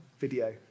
video